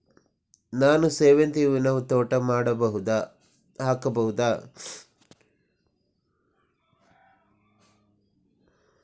ನಾನು ಸೇವಂತಿ ಹೂವಿನ ತೋಟ ಹಾಕಬಹುದಾ?